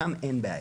שם אין בעיה.